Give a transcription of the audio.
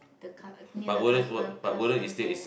the car near the custom custom there